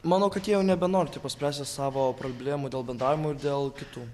manau kad jie jau nebenori tipo spręsti savo problemų dėl bendravimo ir dėl kitų